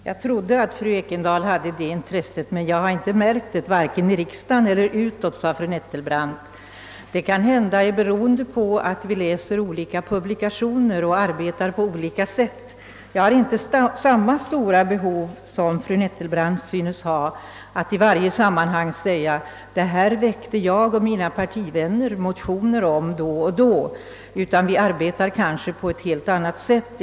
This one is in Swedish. Herr talman! Jag trodde att fru Ekendahl hade det intresset, men jag har inte märkt det vare sig i riksdagen eller eljest, sade fru Nettelbrandt. Det beror kanske på att vi läser olika publikationer och arbetar på olika sätt, fru Nettelbrandt. Jag har inte samma behov som fru Nettelbrandt av att i varje sammanhang säga: Detta väckte jag och mina partivänner motioner om då och då. Nej, på vårt håll arbetar vi på ett helt annat sätt.